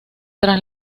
tras